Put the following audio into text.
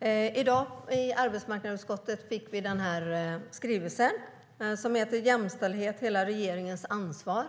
Vi fick i dag på arbetsmarknadsutskottet skrivelsen Jämställdhet - hela regeringens ansvar .